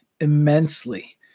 immensely